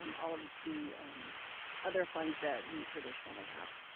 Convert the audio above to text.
um all of the other funds that we traditionally have.